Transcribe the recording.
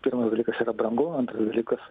pirmas dalykas yra brangu antras dalykas